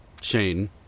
Shane